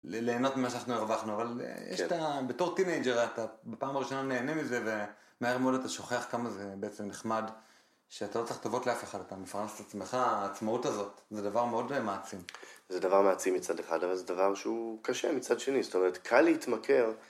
ליהנות ממה שאנחנו הרווחנו, אבל בתור טיניג'ר אתה בפעם הראשונה נהנה מזה ומהר מאוד אתה שוכח כמה זה בעצם נחמד שאתה לא צריך טובות מאף אחד, אתה מפרנס את עצמך, העצמאות הזאת, זה דבר מאוד מעצים. זה דבר מעצים מצד אחד, אבל זה דבר שהוא קשה מצד שני, זאת אומרת קל להתמכר.